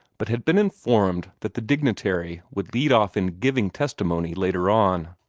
but had been informed that the dignitary would lead off in giving testimony later on.